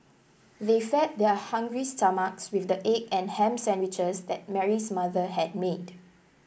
they fed their hungry stomachs with the egg and ham sandwiches that Mary's mother had made